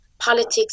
politics